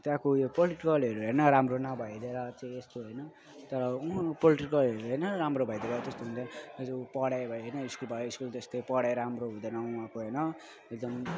त्यहाँको उयो पोलिटिकलहरू होइन राम्रो नभइदिएर चहिँ यस्तो होइन तर उयो मा पोलिटिकलहरूले होइन राम्रो भइदिएर जस्तो पढाइ भए होइन स्कुल भयो स्कुल त्यस्तै पढाइ राम्रो हुँदैन वहाँको होइन एकदम